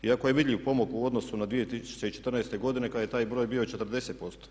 Iako je vidljiv pomak u odnosu na 2014. godinu kada je taj broj bio i 40%